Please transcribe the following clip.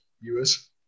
viewers